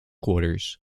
quarters